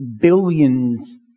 billions